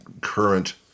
current